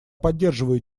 поддерживаю